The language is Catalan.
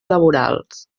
laborals